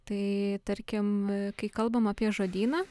tai tarkim kai kalbam apie žodyną